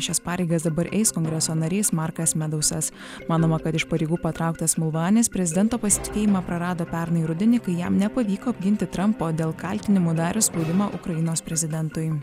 šias pareigas dabar eis kongreso narys markas medausas manoma kad iš pareigų patrauktas mulvanis prezidento pasitikėjimą prarado pernai rudenį kai jam nepavyko apginti trampo dėl kaltinimų darius spaudimą ukrainos prezidentui